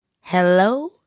Hello